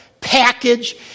package